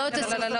לא.